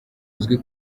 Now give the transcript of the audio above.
uzwi